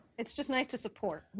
it's just nice to support,